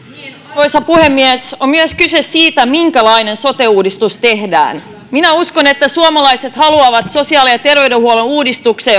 arvoisa puhemies on myös kyse siitä minkälainen sote uudistus tehdään minä uskon että suomalaiset haluavat sosiaali ja terveydenhuollon uudistuksen